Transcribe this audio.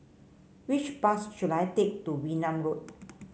which bus should I take to Wee Nam Road